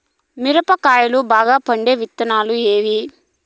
మిరప కాయలు బాగా పండే విత్తనాలు ఏవి